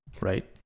right